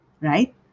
Right